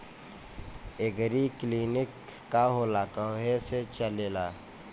एगरी clinic का होला कहवा से चलेँला?